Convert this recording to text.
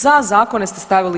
Za zakone ste stavili 1/